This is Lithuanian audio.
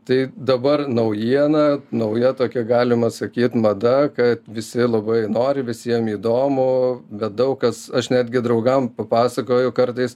tai dabar naujiena nauja tokia galima sakyt mada kad visi labai nori visiem įdomu bet daug kas aš netgi draugam papasakoju kartais